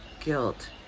guilt